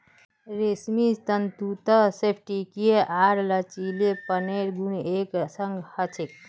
रेशमी तंतुत स्फटिकीय आर लचीलेपनेर गुण एक संग ह छेक